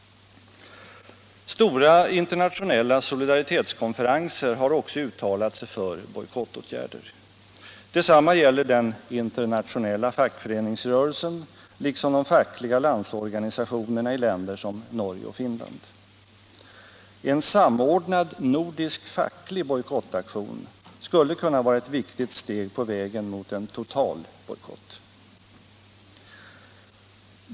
Stora internationella solidaritetskonferenser har också uttalat sig för bojkottåtgärder. Detsamma gäller den internationella fackföreningsrörelsen liksom de fackliga landsorganisationerna i länder som Norge och Finland. En samordnad nordisk facklig bojkottaktion skulle kunna vara ett viktigt steg på vägen mot en total bojkott.